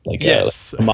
Yes